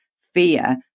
fear